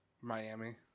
Miami